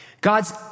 God's